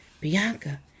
Bianca